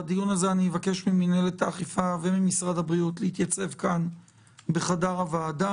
בדיון הזה אבקש ממינהלת האכיפה וממשרד הבריאות להתייצב כאן בחדר הוועדה,